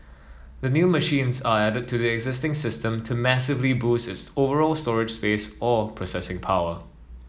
the new machines are added to the existing system to massively boost its overall storage space or processing power